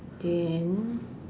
then